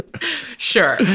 Sure